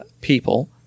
people